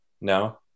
No